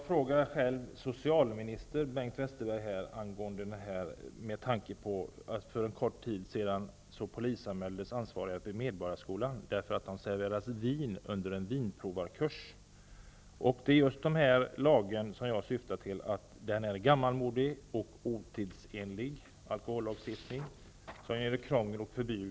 För en kort tid sedan polisanmäldes ansvariga vid Medborgarskolan därför att det serverades vin under en vinprovarkurs utan att man hade utskänkningstillstånd.